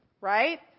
right